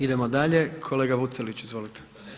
Idemo dalje, kolega Vucelić izvolite.